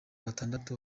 batandatu